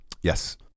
Yes